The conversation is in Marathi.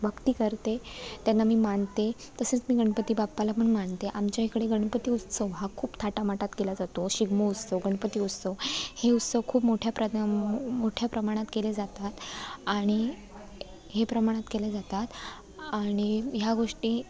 भक्ती करते त्यांना मी मानते तसंच मी गणपती बाप्पाला पण मानते आमच्या इकडे गणपती उत्सव हा खूप थाटामाटात केला जातो शिवमहोत्सव गणपती उत्सव हे उत्सव खूप मोठ्या प्रदाम मोठ्या प्रमाणात केले जातात आणि हे प्रमाणात केले जातात आणि ह्या गोष्टी